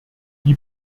die